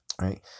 right